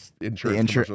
insurance